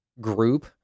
group